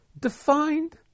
defined